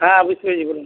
হ্যাঁ আপনি পেয়ে যাবেন